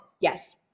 Yes